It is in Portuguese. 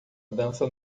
dança